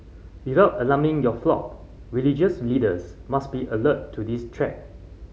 without alarming your flock religious leaders must be alert to this